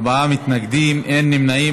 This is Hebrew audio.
ארבעה מתנגדים, אין נמנעים.